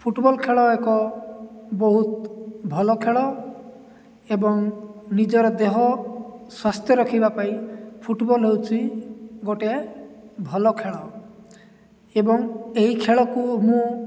football ଖେଳ ଏକ ବହୁତ ଭଲ ଖେଳ ଏବଂ ନିଜର ଦେହ ସ୍ୱାସ୍ଥ୍ୟ ରଖିବା ପାଇଁ ଫୁଟବଲ୍ ହେଉଛି ଗୋଟିଏ ଭଲ ଖେଳ ଏବଂ ଏହି ଖେଳକୁ ମୁଁ